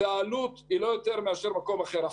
העלות היא לא יותר מאשר במקום אחר.